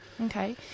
Okay